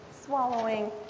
swallowing